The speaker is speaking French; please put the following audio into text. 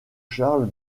charles